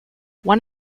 one